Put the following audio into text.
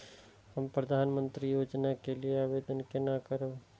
हम प्रधानमंत्री योजना के लिये आवेदन केना करब?